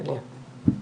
טליה.